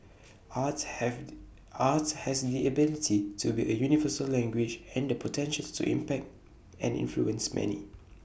arts have arts has the ability to be A universal language and the potential to impact and influence many